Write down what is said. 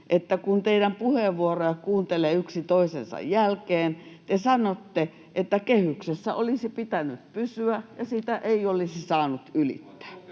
että kun teidän puheenvuorojanne kuuntelee yksi toisensa jälkeen, te sanotte, että kehyksessä olisi pitänyt pysyä ja sitä ei olisi saanut ylittää.